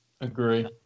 agree